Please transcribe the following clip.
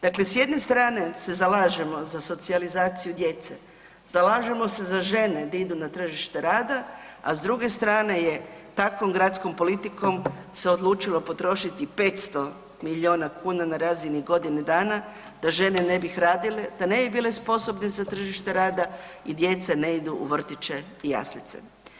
Dakle, s jedne strane se zalažemo za socijalizaciju djece, zalažemo se za žene gdje idu na tržište rada, a s druge strane je takvom gradskom politikom se odlučilo potrošiti 500 miliona kuna na razini godine dana da žene ne bi radile, da ne bi bile sposobne za tržište rada i djeca ne idu u vrtiće i jaslice.